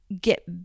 get